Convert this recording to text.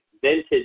vintage